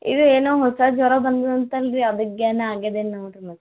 ಇದು ಏನೋ ಹೊಸ ಜ್ವರ ಬಂದದಂತಲ್ಲ ರೀ ಅದುಗ್ಯಾನ ಆಗಿದೆ ನೋಡಿರಿ ಮತ್ತೆ